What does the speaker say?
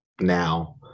now